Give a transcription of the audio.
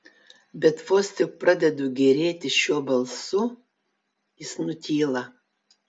bet vos tik pradedu gėrėtis šiuo balsu jis nutyla